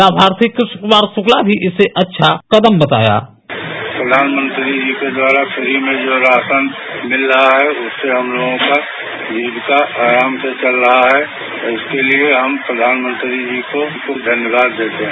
लामार्थी कृष्ण कुमार शुक्ला ने भी इसे अच्छा कदम बताया प्रघानमंत्री जी के द्वारा जो फ्री में राशन मिल रहा है उससे हम लोगों का जीविका आराम से चल रहा है उसके लिए हम प्रधानमंत्री जी को काफी धन्यवाद देते हैं